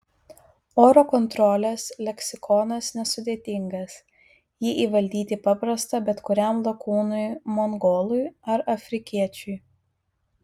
oro kontrolės leksikonas nesudėtingas jį įvaldyti paprasta bet kuriam lakūnui mongolui ar afrikiečiui